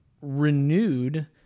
renewed